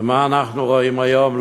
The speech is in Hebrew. ומה אנחנו רואים היום?